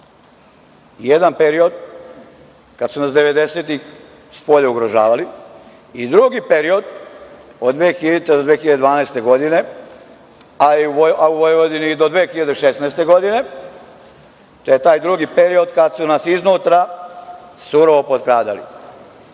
Jedan period kada su nas devedesetih spolja ugrožavali i drugi period od 2000. do 2012. godine, a u Vojvodini do 2016. godine, to je taj drugi period kada su nas iznutra surovo potkradali. Dame